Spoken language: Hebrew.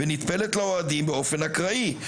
ונטפלת לאוהדים באופן אקראי.